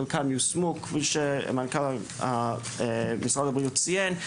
חלקן יושמו כפי שמנכ"ל משרד הבריאות ציין.